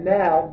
now